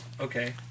okay